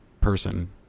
person